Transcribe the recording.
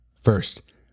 First